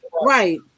Right